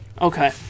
Okay